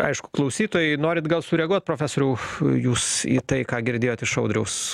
aišku klausytojai norit gal sureaguot profesoriau jūs į tai ką girdėjot iš audriaus